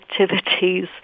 activities